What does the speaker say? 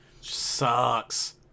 sucks